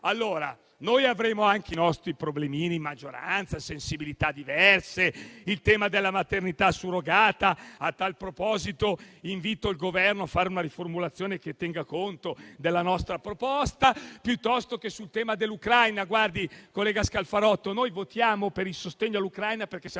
l'Italia. Noi avremo anche i nostri problemini di maggioranza e sensibilità diverse, ad esempio sul tema della maternità surrogata - e a tal proposito invito il Governo a fare una riformulazione che tenga conto della nostra proposta - o sul tema dell'Ucraina. Collega Scalfarotto, noi votiamo per il sostegno all'Ucraina perché siamo